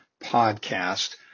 podcast